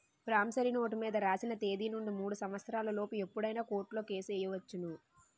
promissory note మీద రాసిన తేదీ నుండి మూడు సంవత్సరాల లోపు ఎప్పుడైనా కోర్టులో కేసు ఎయ్యొచ్చును